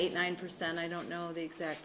eight nine percent i don't know the exact